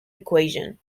equation